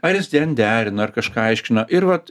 ar jis ten derina ar kažką aiškina ir vat